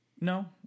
no